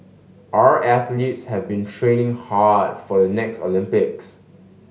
our athletes have been training hard for the next Olympics